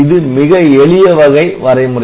இது மிக எளிய வகை வரைமுறை